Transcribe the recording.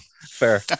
fair